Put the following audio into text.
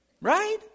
Right